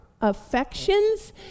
affections